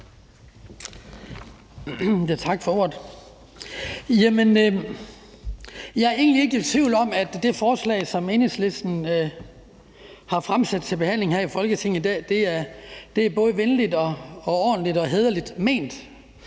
egentlig ikke i tvivl om, at det forslag, som Enhedslisten har fremsat til behandling her i Folketinget i dag, både er venligt, ordentligt og hæderligt ment.